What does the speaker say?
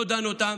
לא דן אותם.